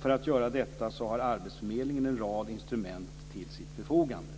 För att göra detta har arbetsförmedlingen en rad instrument till sitt förfogande.